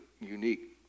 unique